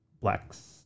blacks